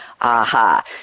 Aha